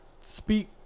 speak